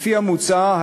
לפי המוצע,